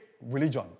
religion